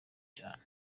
cyane